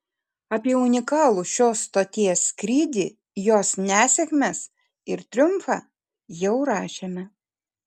apie unikalų šios stoties skrydį jos nesėkmes ir triumfą jau rašėme